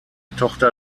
tochter